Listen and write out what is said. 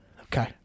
okay